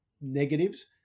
negatives